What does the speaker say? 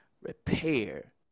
repair